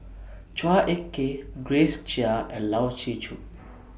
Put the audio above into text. Chua Ek Kay Grace Chia and Lai Siu Chiu